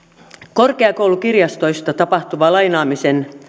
korkeakoulukirjastoista tapahtuvan lainaamisen